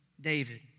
David